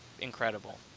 incredible